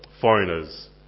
Foreigners